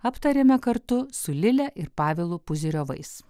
aptarėme kartu su lile ir pavelu puzyriovais